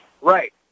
Right